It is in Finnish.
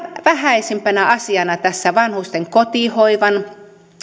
vähäisimpänä asiana tässä vanhusten kotihoivan